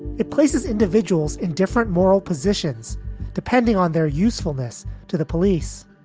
it places individuals in different moral positions depending on their usefulness to the police.